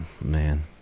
Man